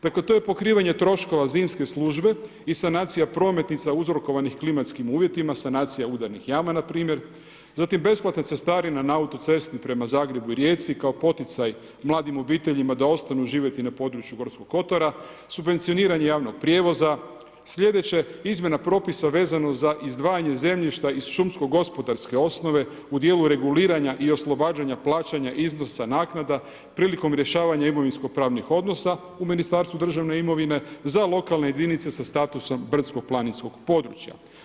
Dakle to je pokrivanje troškova zimske službe i sanacija prometnica uzrokovanih klimatskim uvjetima, sanacija udarnih jama npr., zatim besplatna cestarina na autocesti prema Zagrebu i Rijeci kao poticaj mladim obiteljima da ostanu živjeti na području Gorskog kotara, subvencioniranje javnog prijevoza, slijedeće, izmjena propisa vezano za izdvajanje zemljišta iz šumsko-gospodarske osnove u djelu reguliranja i oslobađanja plaćanja iznosa naknada priliko rješavanja imovinsko-pravnih odnosa u Ministarstvu državne imovine za lokalne jedinice sa statusom brdsko-planinskog područja.